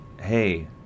hey